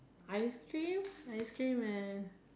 ice cream ice cream and